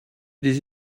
des